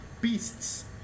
beasts